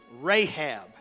Rahab